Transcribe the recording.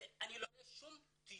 ואני לא רואה שום תיוג.